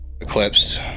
Eclipse